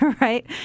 right